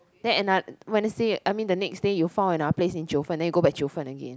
then ano~ Wednesday I mean the next day you found another place in Jiufen then you go back Jiufen again